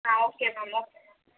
ah okay ma'am okay ma'am